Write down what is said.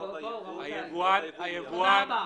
רוב הייבוא מגיע מיוון.